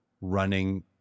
running